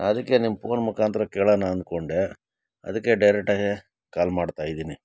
ನಾನು ಅದಕ್ಕೆ ನಿಮ್ಗೆ ಪೋನ್ ಮುಖಾಂತರ ಕೇಳೋಣಾ ಅಂದುಕೊಂಡೆ ಅದಕ್ಕೆ ಡೈರೆಕ್ಟಾಗೆ ಕಾಲ್ ಮಾಡ್ತಾ ಇದ್ದೀನಿ